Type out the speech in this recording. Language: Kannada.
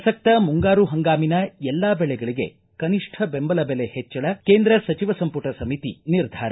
ಪ್ರಸಕ್ತ ಮುಂಗಾರು ಹಂಗಾಮಿನ ಎಲ್ಲಾ ಬೆಳೆಗಳಗೆ ಕನಿಷ್ಠ ದೆಂಬಲ ಬೆಲೆ ಹೆಚ್ಚಳ ಕೇಂದ್ರ ಸಚಿವ ಸಂಪುಟ ಸಮಿತಿ ನಿರ್ಧಾರ